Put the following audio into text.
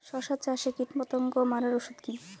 শসা চাষে কীটপতঙ্গ মারার ওষুধ কি?